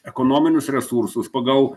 ekonominius resursus pagal